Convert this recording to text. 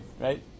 right